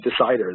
deciders